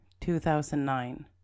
2009